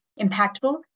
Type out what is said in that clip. impactful